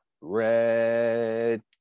Red